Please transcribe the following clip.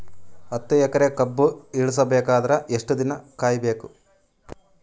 ಹತ್ತು ಎಕರೆ ಕಬ್ಬ ಇಳಿಸ ಬೇಕಾದರ ಎಷ್ಟು ದಿನ ಕಾಯಿ ಬೇಕು?